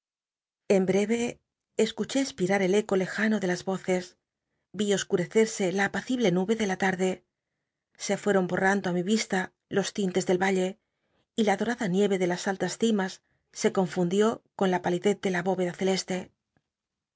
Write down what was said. en bre c escuché espirar el eco lejano de las i'occs oscu eccrsc la apacible nube de la larde ista lo tintes del valle se fueron bonando á mi y y la dol'ada niel'e de las altas d mas se confundió con la pal idez de la bói'cda celeste